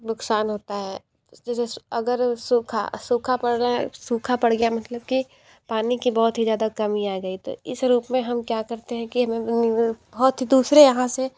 नुकसान होता है जैसे अगर सूखा सूखा पड़ रहा है सूखा पड़ गया मतलब कि पानी की बहुत ही ज़्यादा कमी आ गई तो इस रूप में हम क्या करते हैं कि बहुत दूसरे यहाँ से